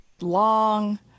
long